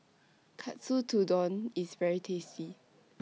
Katsu Tendon IS very tasty